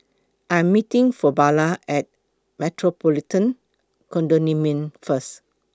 I Am meeting Fabiola At The Metropolitan Condominium First